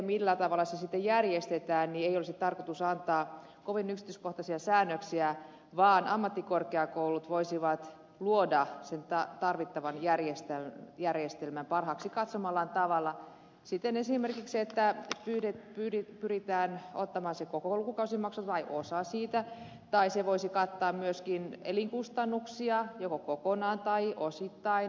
millä tavalla se sitten järjestetään ei olisi tarkoitus antaa kovin yksityiskohtaisia säännöksiä vaan ammattikorkeakoulut voisivat luoda sen tarvittavan järjestelmän parhaaksi katsomallaan tavalla esimerkiksi siten että pyritään ottamaan huomioon koko lukukausimaksu tai osa siitä tai se voisi kattaa myöskin elinkustannuksia joko kokonaan tai osittain opiskeluaikana